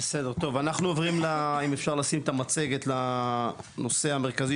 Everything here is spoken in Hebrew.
אנחנו עוברים אם אפשר לשים את המצגת לנושא המרכזי